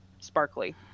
sparkly